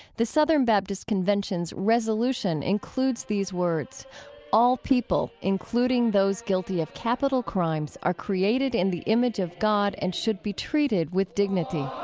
the southern baptist convention's resolution includes these words all people, including those guilty of capital crimes, are created in the image of god and should be treated treated with dignity.